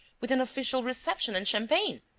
with an official reception and champagne!